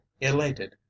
elated